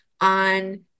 on